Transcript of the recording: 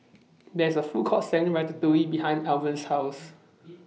There IS A Food Court Selling Ratatouille behind Alvan's House